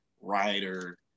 writer